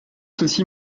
ceci